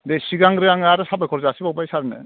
दे सिगांग्रो आङो आरो साबायखर जासिबावबाय सारनो